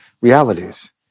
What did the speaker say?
realities